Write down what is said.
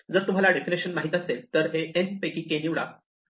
जर तुम्हाला डेफिनेशन माहित असतील तर हे n पैकी k निवडा आहे